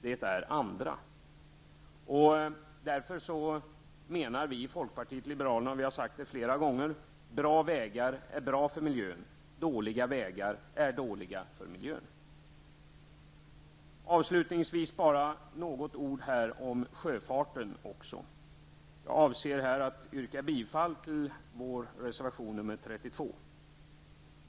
Det kommer andra bilar att göra. Folkpartiet liberalerna menar därför -- det har vi sagt flera gånger -- att bra vägar är bra för miljön och dåliga vägar är dåliga för miljön. Jag vill avslutningsvis säga några ord om sjöfarten. Jag avser att yrka bifall till vår reservation 32.